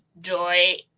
joy